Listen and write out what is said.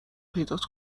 پیدات